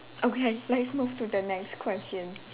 okay let's move to the next question